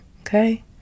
okay